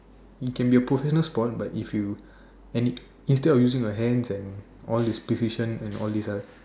it can be a professional sport but if you and in~ instead of using your hands and all this position and all this ah